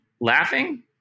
laughing